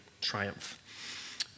triumph